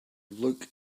look